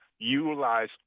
Utilize